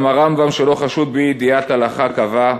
גם הרמב"ם, שלא חשוד באי-ידיעת הלכה, קבע: